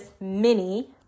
mini